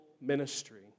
ministry